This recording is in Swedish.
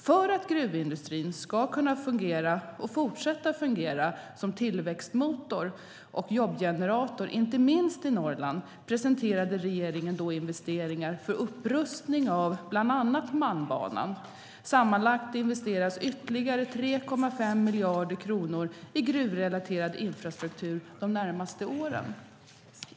För att gruvindustrin ska kunna fortsätta fungera som tillväxtmotor och jobbgenerator, inte minst i Norrland, presenterade regeringen då investeringar för upprustning av bland annat Malmbanan. Sammanlagt investeras ytterligare 3,5 miljarder kronor i gruvrelaterad infrastruktur de närmaste åren.